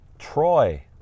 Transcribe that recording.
Troy